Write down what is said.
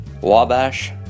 Wabash